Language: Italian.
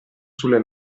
sulle